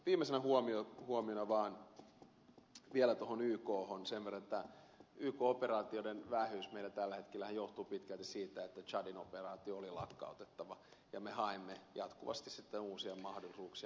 viimeisenä huomiona vaan vielä tuohon ykhon sen verran että yk operaatioiden vähyys meillä tällä hetkellähän johtuu pitkälti siitä että tsadin operaatio oli lakkautettava ja me haemme jatkuvasti sitten uusia mahdollisuuksia